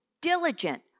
diligent